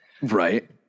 Right